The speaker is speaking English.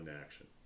action